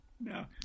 no